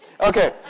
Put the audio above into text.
Okay